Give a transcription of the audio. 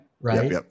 Right